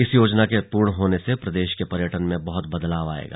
इस योजना के पूर्ण होने से प्रदेश के पर्यटन में बहुत बदलाव आएगा